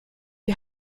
die